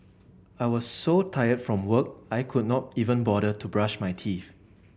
I was so tired from work I could not even bother to brush my teeth